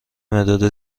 مداد